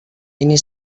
ini